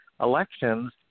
elections